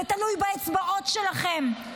זה תלוי באצבעות שלכם.